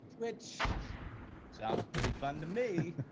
which sounds pretty fun to me,